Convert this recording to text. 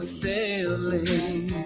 sailing